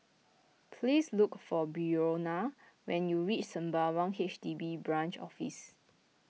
please look for Brionna when you reach Sembawang H D B Branch Office